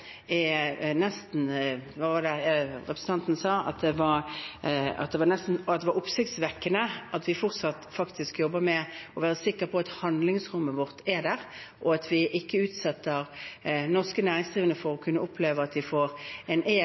nesten – hva var det representanten Gahr Støre sa det var – oppsiktsvekkende at vi fortsatt faktisk jobber med å være sikre på at handlingsrommet vårt er der, og at vi ikke utsetter norske næringsdrivende for å kunne oppleve at de får en